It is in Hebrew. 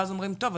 ואז אומרים - טוב,